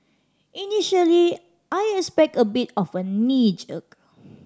initially I expect a bit of a knee jerk